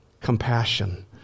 compassion